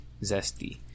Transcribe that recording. Zesty